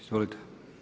Izvolite.